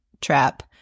Trap